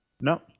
no